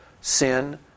Sin